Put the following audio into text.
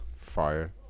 fire